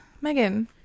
Megan